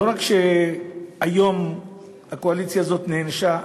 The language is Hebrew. לא רק שהיום הקואליציה הזאת נענשה,